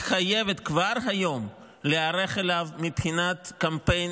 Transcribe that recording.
היא חייבת כבר היום להיערך אליו מבחינת קמפיין